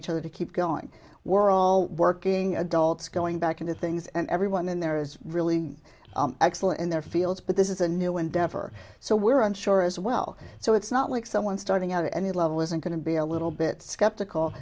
each other to keep going we're all working adults going back into things and everyone in there is really excellent in their fields but this is a new endeavor so we're unsure as well so it's not like someone starting out at any level isn't going to be a little bit skeptical